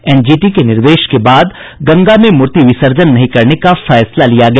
NGT के निर्देश के बाद गंगा में मूर्ति विसर्जन नहीं करने का फैसला लिया गया